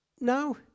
No